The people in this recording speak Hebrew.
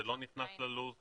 זה לא נכנס ללו"ז.